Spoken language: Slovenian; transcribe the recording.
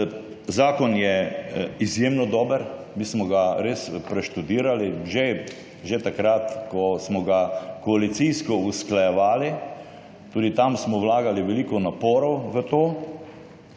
Zakon je izjemno dober, mi smo ga res preštudirali že takrat, ko smo ga koalicijsko usklajevali. Tudi tam smo vlagali veliko naporov v to.